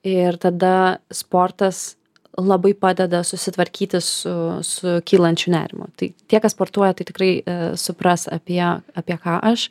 ir tada sportas labai padeda susitvarkyti su su kylančiu nerimu tai tie kas sportuoja tai tikrai supras apie apie ką aš